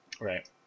Right